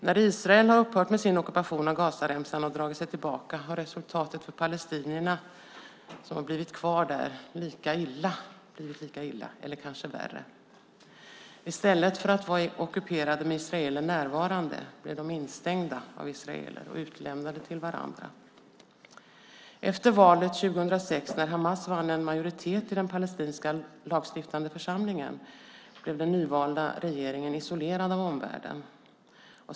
När Israel har upphört med sin ockupation av Gazaremsan och dragit sig tillbaka har resultatet för de palestinier som har blivit kvar där blivit lika illa eller kanske värre. I stället för att vara ockuperade med israeler närvarande blev de instängda av israeler och utlämnade till varandra. Efter valet 2006 när Hamas vann en majoritet i den palestinska lagstiftande församlingen blev den nyvalda regeringen isolerad av omvärlden.